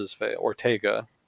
Ortega